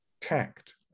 tact